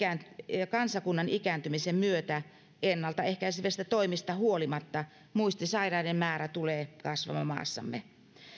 kansakunnan ikääntymisen myötä ennalta ehkäisevistä toimista huolimatta muistisairaiden määrä tulee kasvamaan maassamme